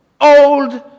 old